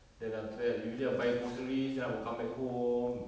then after that usually I will buy groceries then I will come back home